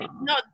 no